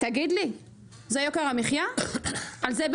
תגיד לי, זה יוקר המחיה?